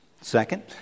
second